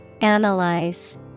Analyze